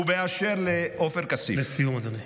ואשר לעופר כסיף, לסיום, אדוני.